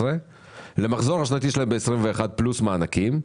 2019 למחזור השנתי שלהם ב-2021 פלוס מענקים.